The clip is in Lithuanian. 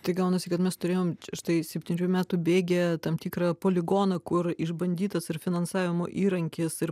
tai gaunasi kad mes turėjom štai septynerių metų bėgyje tam tikrą poligoną kur išbandytas ir finansavimo įrankis ir